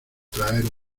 traer